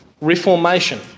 reformation